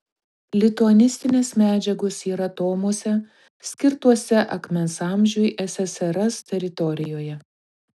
lituanistinės medžiagos yra tomuose skirtuose akmens amžiui ssrs teritorijoje